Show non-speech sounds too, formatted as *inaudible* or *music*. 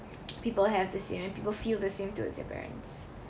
*noise* people have this you know people feel the same towards their parents